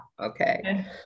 okay